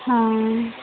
हाँ